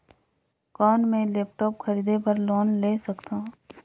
कौन मैं लेपटॉप खरीदे बर लोन ले सकथव?